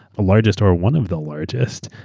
largest or one of the largest.